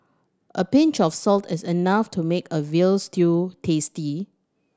a pinch of salt is enough to make a veal stew tasty